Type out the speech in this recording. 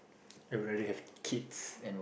I rather have kids